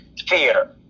theater